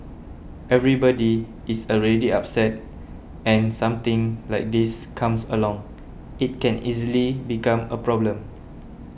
everybody is already upset and something like this comes along it can easily become a problem